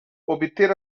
obter